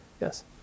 Yes